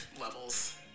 levels